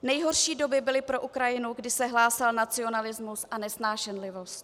Nejhorší doby byly pro Ukrajinu, kdy se hlásal nacionalismus a nesnášenlivost.